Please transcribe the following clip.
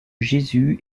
jésus